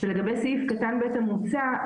ולגבי סעיף קטן (ב) המוצע,